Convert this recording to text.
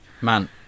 Man